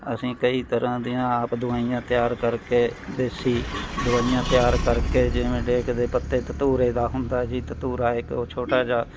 ਅਸੀਂ ਕਈ ਤਰ੍ਹਾਂ ਦੀਆਂ ਆਪ ਦਵਾਈਆਂ ਤਿਆਰ ਕਰਕੇ ਦੇਸੀ ਦਵਾਈਆਂ ਤਿਆਰ ਕਰਕੇ ਜਿਵੇਂ ਡੇਕ ਦੇ ਪੱਤੇ ਧਤੂਰੇ ਦਾ ਹੁੰਦਾ ਜੀ ਧਤੂਰਾ ਇੱਕ ਛੋਟਾ ਜਿਹਾ